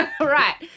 Right